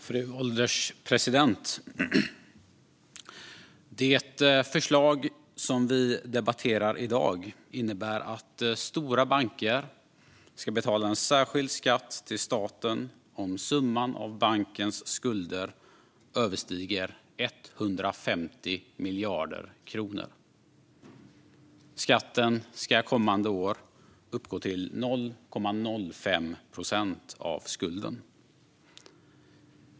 Fru ålderspresident! Det förslag som vi debatterar i dag innebär att stora banker ska betala en särskild skatt till staten om summan av bankens skulder överstiger 150 miljarder kronor. Skatten ska kommande år uppgå till 0,05 procent av skulden.